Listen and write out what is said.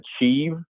achieve